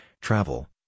travel